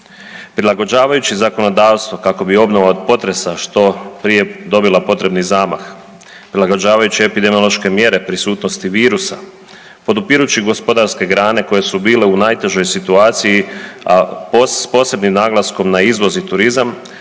Prilagođavajući zakonodavstvo kako bi obnova od potresa što prije dobila potrebni zamah, prilagođavajući epidemiološke mjere prisutnosti virusa, podupirući gospodarske grane koje su bile u najtežoj situaciji a s posebnim naglaskom na izvoz i turizam